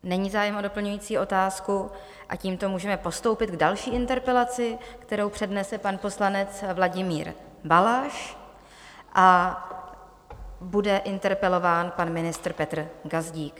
Není zájem o doplňující otázku a tímto můžeme postoupit k další interpelaci, kterou přednese pan poslanec Vladimír Balaš, a bude interpelován pan ministr Petr Gazdík.